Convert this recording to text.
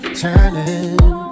turning